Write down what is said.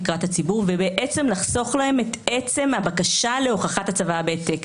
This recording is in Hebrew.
הבקשה לקיום הצוואה תמשיך להתנהל כמו בקשה לקיום הצוואה ברגיל.